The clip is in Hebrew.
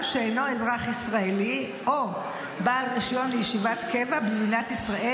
שאינו אזרח ישראלי או בעל רישיון לישיבת קבע במדינת ישראל,